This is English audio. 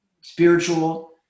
spiritual